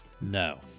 No